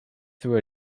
through